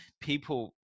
people